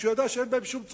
כשהוא ידע שאין בהם שום צורך,